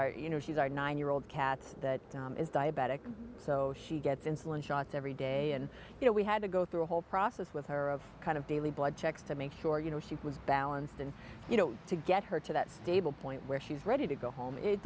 are you know she's our nine year old cat that is diabetic so she gets insulin shots every day and you know we had to go through a whole process with her of kind of daily blood checks to make sure you know she was balanced and you know to get her to that stable point where she's ready to go home it